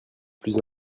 plus